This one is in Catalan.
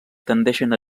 tendeixen